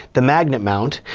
the magnet mount,